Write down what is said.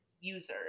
users